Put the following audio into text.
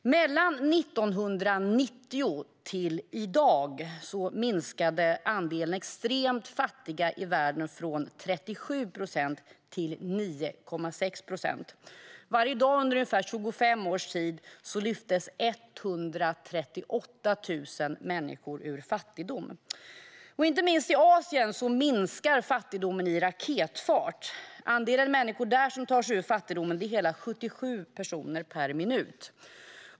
Från 1990 till i dag minskade andelen extremt fattiga i världen från 37 procent till 9,6 procent. Varje dag under ungefär 25 års tid lyftes 138 000 människor ur fattigdom. Inte minst i Asien minskar fattigdomen i raketfart. Andelen människor där som tar sig ur fattigdomen är hela 77 personer per minut.